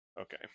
Okay